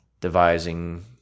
devising